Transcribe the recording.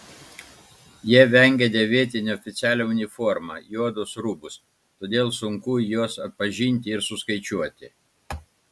jie vengia dėvėti neoficialią uniformą juodus rūbus todėl sunku juos atpažinti ir suskaičiuoti